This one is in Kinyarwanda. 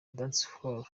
dancehall